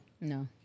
No